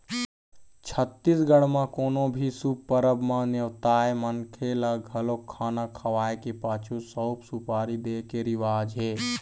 छत्तीसगढ़ म कोनो भी शुभ परब म नेवताए मनखे ल घलोक खाना खवाए के पाछू सउफ, सुपारी दे के रिवाज हे